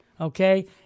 okay